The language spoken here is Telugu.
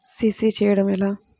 సి.సి చేయడము ఎలా?